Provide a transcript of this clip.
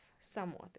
somewhat